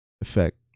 effect